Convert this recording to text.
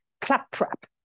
claptrap